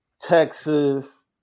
Texas